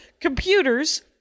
computers